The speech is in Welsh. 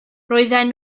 roedden